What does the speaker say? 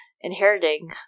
inheriting